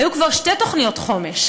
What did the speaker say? היו כבר שתי תוכניות חומש.